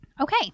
Okay